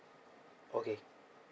okay